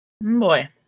Boy